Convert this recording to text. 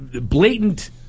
blatant